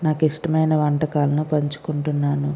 నాకిష్టమైన వంటకాలను పంచుకుంటున్నాను